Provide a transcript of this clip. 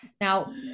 now